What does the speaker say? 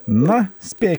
na spė